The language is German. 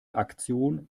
aktion